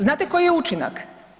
Znate koji je učinak?